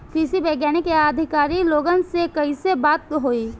कृषि वैज्ञानिक या अधिकारी लोगन से कैसे बात होई?